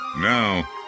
Now